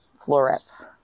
florets